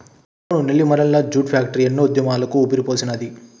అవును Nellimarla jute factory ఎన్నో ఉద్యమాలకు ఊపిరిపోసినాది